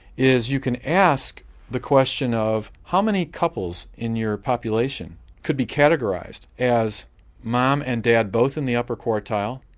is you can ask the question of how many couples in your population could be categorised as mum and dad both in the upper quartile,